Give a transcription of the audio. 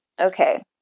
Okay